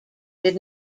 did